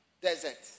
desert